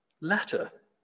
letter